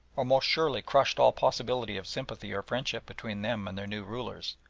or most surely crushed all possibility of sympathy or friendship between them and their new rulers.